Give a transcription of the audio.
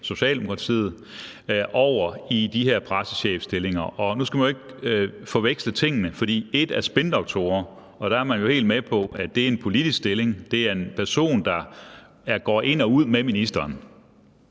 Socialdemokratiet, og ansatte i de her pressechefstillinger. Nu skal man jo ikke forveksle tingene, for ét er spindoktorer, og der er man jo helt med på, at det er en politisk stilling. Det er en person, der går ind og ud med ministeren.